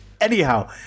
Anyhow